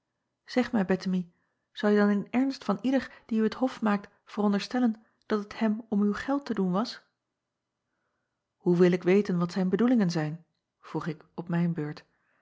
eg mij ettemie ou je dan in ernst van ieder die u het hof maakt veronderstellen dat het hem om uw geld te doen was oe wil ik weten wat zijn bedoelingen zijn vroeg ik op mijne beurt